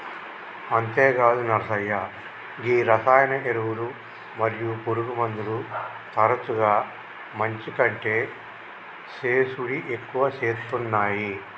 అంతేగాదు నర్సయ్య గీ రసాయన ఎరువులు మరియు పురుగుమందులు తరచుగా మంచి కంటే సేసుడి ఎక్కువ సేత్తునాయి